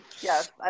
yes